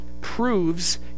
proves